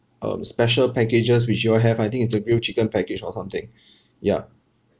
um special packages which you all have I think it's the grilled chicken package or something ya